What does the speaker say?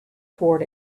toward